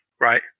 right